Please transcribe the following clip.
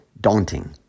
daunting